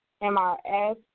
M-R-S